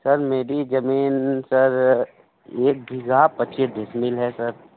sir मेरी ज़मीन sir एक बीघा पच्चीस डिसमिल है सर